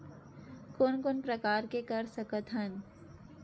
कोन कोन प्रकार के कर सकथ हन?